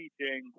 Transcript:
teaching